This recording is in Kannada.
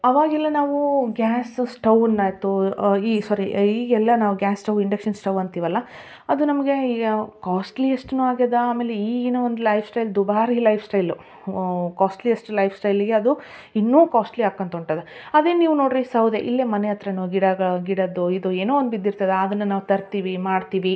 ಅವಾಗೆಲ್ಲ ನಾವೂ ಗ್ಯಾಸ್ ಸ್ಟವ್ವುನ್ನ ಆಯಿತು ಈ ಸೋರಿ ಈಗೆಲ್ಲ ನಾವು ಗ್ಯಾಸ್ ಸ್ಟವ್ ಇಂಡಕ್ಷನ್ ಸ್ಟವ್ ಅಂತೀವಲ್ಲ ಅದು ನಮಗೆ ಇಯ ಕಾಸ್ಟ್ಲಿಯಸ್ಟೂನೂ ಆಗಿದೆ ಆಮೇಲೆ ಈಗಿನ ಒಂದು ಲೈಫ್ ಸ್ಟೈಲ್ ದುಬಾರಿ ಲೈಫ್ ಸ್ಟೈಲು ಕಾಸ್ಟ್ಲಿಯಸ್ಟ್ ಲೈಫ್ ಸ್ಟೈಲಿಗೆ ಅದು ಇನ್ನೂ ಕಾಸ್ಟ್ಲಿ ಆಕೋತ್ ಹೊಂಟದ ಅದೇ ನೀವು ನೋಡಿರಿ ಸೌದೆ ಇಲ್ಲಿಯೇ ಮನೆ ಹತ್ರನೋ ಗಿಡ ಗಿಡದ್ದೋ ಇದು ಏನೋ ಒಂದು ಬಿದ್ದಿರ್ತದೆ ಆದನ್ನು ನಾವು ತರ್ತೀವಿ ಮಾಡ್ತೀವಿ